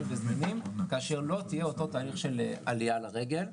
וזמינים כאשר לא יהיה אותו תהליך של עלייה לרגל.